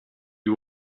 you